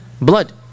blood